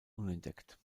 unentdeckt